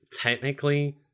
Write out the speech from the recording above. technically